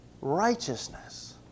Righteousness